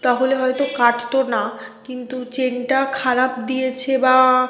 তাহলে হয়তো কাটত না কিন্তু চেনটা খারাপ দিয়েছে বা